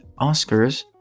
oscars